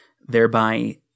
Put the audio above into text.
thereby